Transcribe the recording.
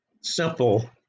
simple